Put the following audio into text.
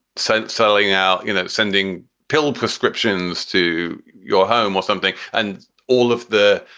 so it's selling out, you know, sending pilled prescriptions to your home or something. and all of the